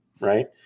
Right